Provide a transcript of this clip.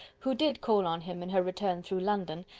who did call on him in her return through london,